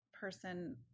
person